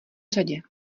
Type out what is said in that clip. řadě